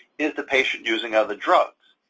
is the patient using other drugs?